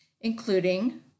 including